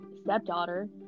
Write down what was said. stepdaughter